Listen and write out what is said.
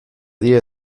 die